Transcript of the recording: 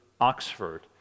Oxford